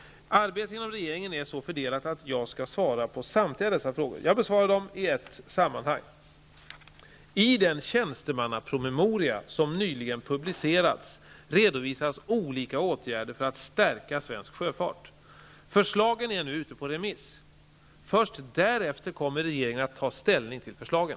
Arbetet inom regeringen är så fördelat att jag skall svara på samtliga dessa frågor. Jag besvarar dem i ett sammanhang. I den tjänstemannapromemoria som nyligen publicerats redovisas olika åtgärder för att stärka svensk sjöfart. Förslagen är nu ute på remiss. Först därefter kommer regeringen att ta ställning till förslagen.